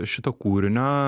šito kūrinio